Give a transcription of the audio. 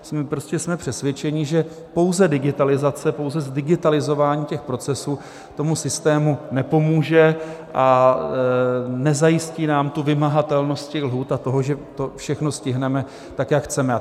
Jsme prostě přesvědčeni, že pouze digitalizace, pouze zdigitalizování těch procesů tomu systému nepomůže a nezajistí nám vymahatelnost těch lhůt a toho, že to všechno stihneme tak, jak chceme.